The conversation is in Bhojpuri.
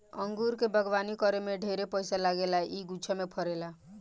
अंगूर के बगानी करे में ढेरे पइसा लागेला आ इ गुच्छा में फरेला